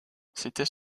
c’était